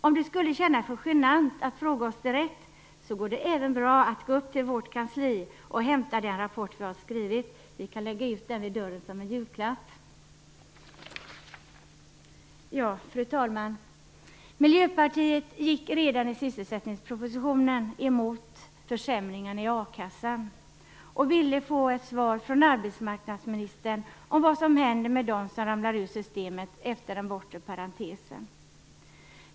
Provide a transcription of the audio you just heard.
Om det känns för genant att fråga oss direkt går det bra att gå upp till vårt kansli och hämta den rapport vi har skrivit. Vi kan lägga ut den vid dörren som en julklapp. Fru talman! Miljöpartiet gick redan i sysselsättningspropositionen emot försämringarna i a-kassan och ville få ett svar från arbetsmarknadsministern om vad som händer med dem som ramlar ur systemet efter den bortre parentesen.